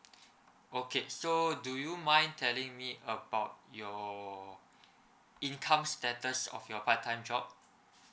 okay so do you mind telling me about your income status of your part time job